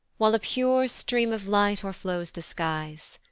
while a pure stream of light o'erflows the skies.